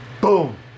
Boom